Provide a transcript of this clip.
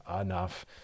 enough